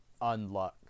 Unluck